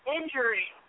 injury